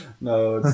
No